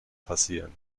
passieren